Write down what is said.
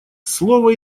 слово